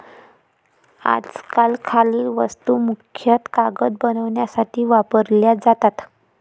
आजकाल खालील वस्तू मुख्यतः कागद बनवण्यासाठी वापरल्या जातात